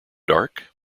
dark